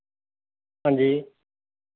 ਹਾਂਜੀ